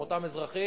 עם אותם אזרחים,